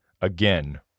Again